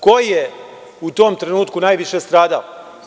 Ko je u tom trenutku najviše stradao?